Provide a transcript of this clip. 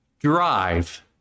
drive